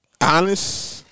Honest